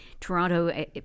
Toronto